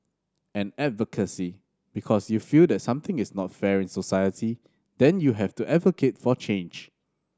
and advocacy because you feel that something is not fair in society then you have to advocate for change